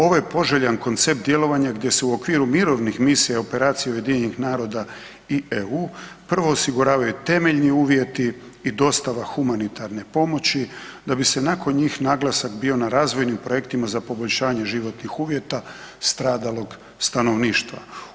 Ovaj poželjan koncept djelovanja gdje se u okviru mirovnih misija i operacija Ujedinjenih naroda i EU prvo osiguravaju temeljni uvjeti i dostava humanitarne pomoći, da bi nakon njih naglasak bio na razvojnim projektima za poboljšanje životnih uvjeta stradalog stanovništva.